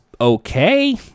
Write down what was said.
okay